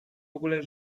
ogóle